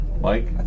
Mike